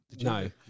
No